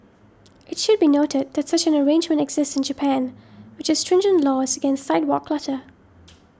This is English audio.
it should be noted that such an arrangement exists in Japan which has stringent laws against sidewalk clutter